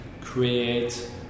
create